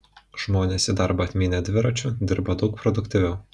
žmonės į darbą atmynę dviračiu dirba daug produktyviau